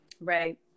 Right